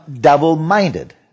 double-minded